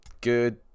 Good